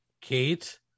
Kate